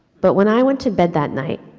but when i went to bed that night,